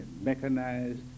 mechanized